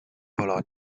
bologna